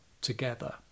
together